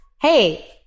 hey